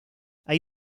hay